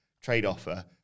trade-offer